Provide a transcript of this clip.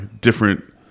different